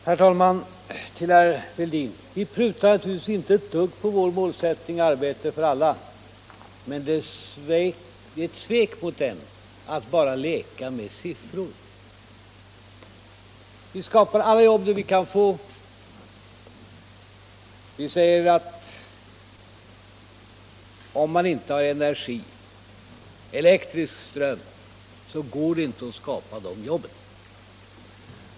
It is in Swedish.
Herr talman! Till herr Fälldin: Vi prutar naturligtvis inte ett dugg på vår målsättning ”arbete för alla”, men det är ett svek mot den att bara leka med siffror. Vi skapar alla jobb som går att få fram. Vi säger att om man inte har energi — elektrisk ström — går det inte att skapa de jobben.